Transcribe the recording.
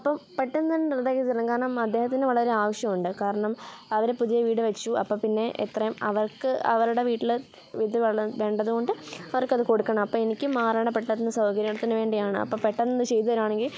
അപ്പം പെട്ടെന്നു തന്നെ റദ്ദാക്കി തരണം കാരണം അദ്ദേഹത്തിന് വളരെ ആവശ്യമുണ്ട് കാരണം അവർ പുതിയ വീട് വെച്ചു അപ്പോൾ പിന്നെ എത്രയും അവർക്ക് അവരുടെ വീട്ടിൽ ഇത് വേണം വേണ്ടതു കൊണ്ട് അവർക്കതു കൊടുക്കണം അപ്പം എനിക്കും മാറണം പെട്ടെന്നു സൗകര്യത്തിനു വേണ്ടിയാണ് അപ്പോൾ പെട്ടെന്നു ചെയ്തു തരികയാണെങ്കിൽ